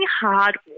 hard